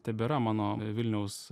tebėra mano vilniaus